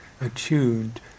attuned